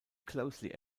closely